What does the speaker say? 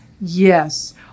yes